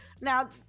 Now